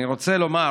אני רוצה לומר